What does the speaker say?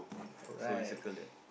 alright